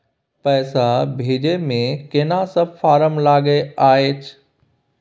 पैसा भेजै मे केना सब फारम लागय अएछ?